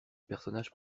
personnage